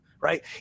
right